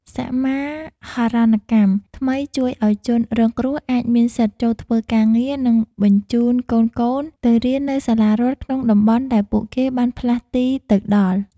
សមាហរណកម្មថ្មីជួយឱ្យជនរងគ្រោះអាចមានសិទ្ធិចូលធ្វើការងារ និងបញ្ជូនកូនៗទៅរៀននៅសាលារដ្ឋក្នុងតំបន់ដែលពួកគេបានផ្លាស់ទីទៅដល់។